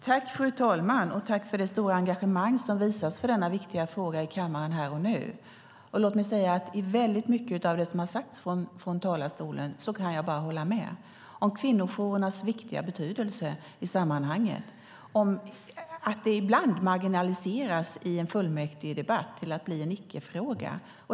Fru talman! Tack för det stora engagemang som visas för denna viktiga fråga i kammaren här och nu! Låt mig säga att jag bara kan hålla med om väldigt mycket som sagts från talarstolen om kvinnojourernas viktiga betydelse i sammanhanget men också om att det ibland marginaliseras i en fullmäktigedebatt till att bli en icke-fråga.